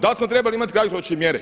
Dal smo trebali imati kratkoročne mjere?